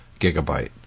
gigabyte